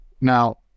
Now